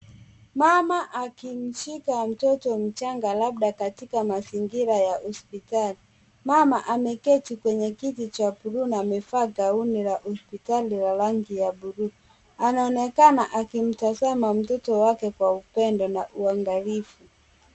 Mama akimshika mtoto mchanga labda katika mazingira ya hospitali. Mama ameketi kwenye kiti cha bluu na amevaa gauni la hospitali la rangi ya bluu. Anaonekana akimtazama mtoto wake kwa upendo na uangalifu.